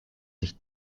sich